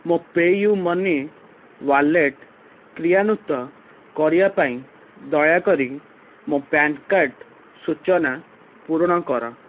ମୋ PayU money wallet କ୍ରିୟାନ୍ଵିତ କରିବା ପାଇଁ ଦୟାକରି ମୋ ପ୍ୟାନ୍ କାର୍ଡ଼ ସୂଚନା ପୂରଣ କର